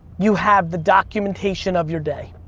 you have the documentation of your day.